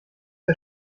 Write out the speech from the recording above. der